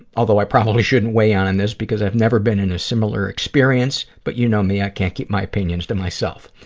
although i probably shouldn't weigh in on and this because i've never been in a similar experience, but you know me, i can't keep my opinions to myself.